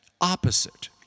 Opposite